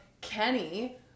Kenny